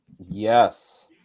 Yes